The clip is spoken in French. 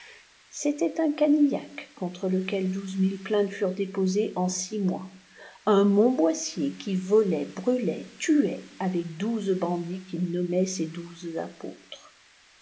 c'était un canillac contre lequel douze mille plein furent déposées en six mois un montboissier qui volait brûlait tuait avec douze bandits qu'il nommait ses douze apôtres